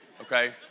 okay